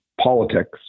politics